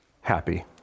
happy